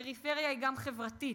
פריפריה היא גם חברתית,